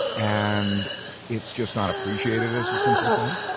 and it's just not appreciated as a simple thing.